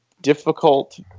difficult